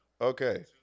Okay